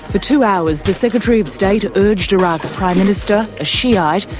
for two hours the secretary of state urged iraq's prime minister, a shiite,